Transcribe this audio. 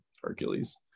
Hercules